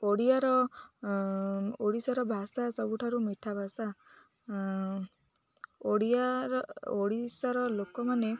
ଓଡ଼ିଆର ଓଡ଼ିଶାର ଭାଷା ସବୁଠାରୁ ମିଠା ଭାଷା ଓଡ଼ିଆର ଓଡ଼ିଶାର ଲୋକମାନେ